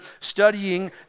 studying